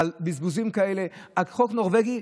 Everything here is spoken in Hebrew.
בזבוזים כאלה על חוק נורבגי,